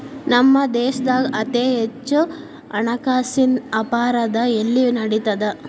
ನಮ್ಮ ದೇಶ್ದಾಗ ಅತೇ ಹೆಚ್ಚ ಹಣ್ಕಾಸಿನ್ ಅಪರಾಧಾ ಎಲ್ಲಿ ನಡಿತದ?